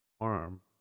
arm